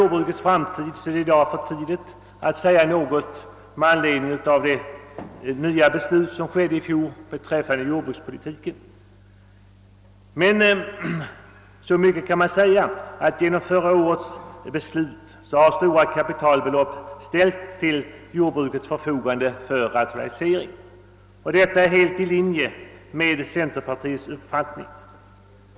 Det är i dag för tidigt att säga något med anledning av den nya jordbrukspolitik som beslutades förra året, men så mycket kan man säga, att stora kapitalbelopp genom detta beslut ställts till jordbrukets förfogande för rationalisering. Detta är helt i linje med centerpartiets uppfattning.